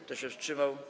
Kto się wstrzymał?